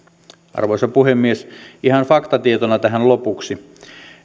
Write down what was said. arvoisa puhemies ihan faktatietona tähän lopuksi